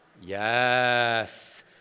Yes